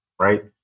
right